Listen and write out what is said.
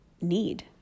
need